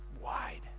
wide